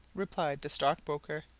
replied the stockbroker.